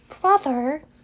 Brother